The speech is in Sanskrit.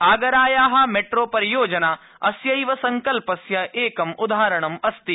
आगराया मैट्रोपरियोजना अस्यैव संकल्पस्य एकं उदाहरणमस्ति